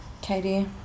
Katie